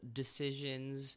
decisions